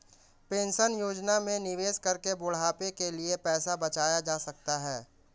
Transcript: pension योजना में निवेश करके बुढ़ापे के लिए पैसा बचाया जा सकता है